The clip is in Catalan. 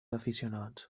aficionats